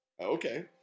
Okay